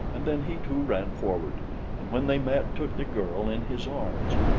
and then he, too, ran forward and when they met took the girl in his arms.